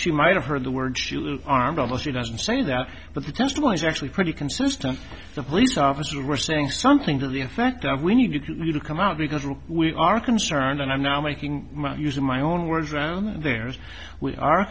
she might have heard the words armed almost she doesn't say that but the testimony is actually pretty consistent the police officers were saying something to the effect of we need you to come out because we are concerned and i'm now making use of my own words around